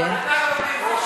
15